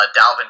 Dalvin